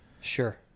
Sure